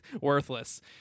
worthless